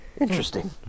Interesting